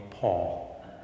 Paul